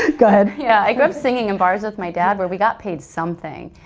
go ahead. yeah. i grew up singing in bars with my dad where we got paid something.